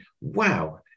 wow